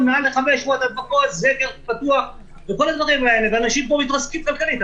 500, מעל 500. אנשים פה מתרסקים כלכלית.